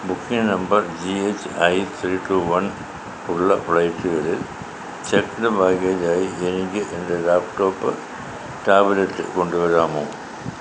booking number G H I three two one ഉള്ള ഫ്ലൈറ്റുകളിൽ checked baggage ആയി എനിക്ക് എൻ്റെ ലാപ്ടോപ്പ് ടാബ്ലെറ്റ് കൊണ്ടുവരാമോ